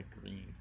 green